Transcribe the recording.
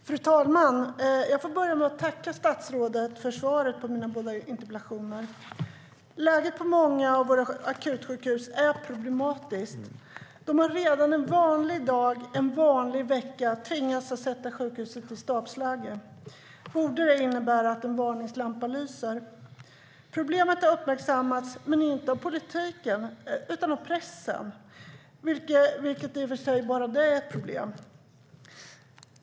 Fru talman! Jag tackar statsrådet för svaret på mina båda interpellationer. Läget är problematiskt på många av våra akutsjukhus. De har redan en vanlig dag en vanlig vecka tvingats att sätta sjukhuset i stabsläge. Borde det innebära att en varningslampa lyser? Problemet har uppmärksammats, men inte av politiken utan av pressen, vilket i och för sig är ett problem bara det.